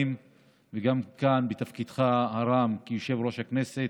וגם כאן בתפקידך הרם כיושב-ראש הכנסת.